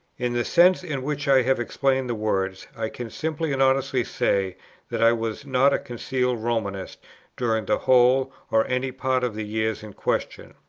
in the sense in which i have explained the words, i can simply and honestly say that i was not a concealed romanist during the whole, or any part of, the years in question.